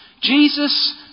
Jesus